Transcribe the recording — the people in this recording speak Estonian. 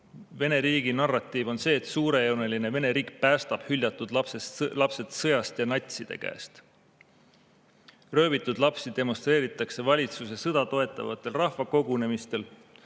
Vene riigi narratiiv on see, et suurejooneline Vene riik päästab hüljatud lapsed sõjast ja natside käest. Röövitud lapsi demonstreeritakse valitsuse sõda toetavatel rahvakogunemistel,